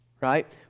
right